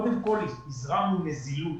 קודם כל, הזרמנו נזילות